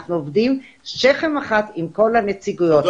אנחנו עובדים שכם אחת עם כל הנציגויות.